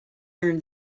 turn